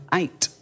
eight